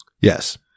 Yes